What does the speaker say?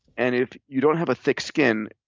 and if you don't have a thick skin,